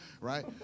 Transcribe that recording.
right